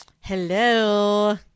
Hello